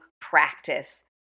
practice